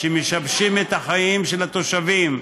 שמשבשים את החיים של התושבים.